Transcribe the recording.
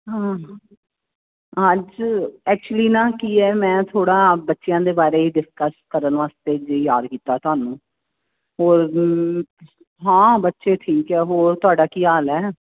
ਹਾਂ ਅੱਜ ਐਕਚੁਲੀ ਨਾ ਕੀ ਹੈ ਮੈਂ ਥੋੜ੍ਹਾ ਬੱਚਿਆਂ ਦੇ ਬਾਰੇ ਡਿਸਕਸ ਕਰਨ ਵਾਸਤੇ ਜੇ ਯਾਦ ਕੀਤਾ ਤੁਹਾਨੂੰ ਔਰ ਹਾਂ ਬੱਚੇ ਠੀਕ ਆ ਹੋਰ ਤੁਹਾਡਾ ਕੀ ਹਾਲ ਹੈ